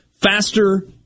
faster